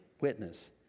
witness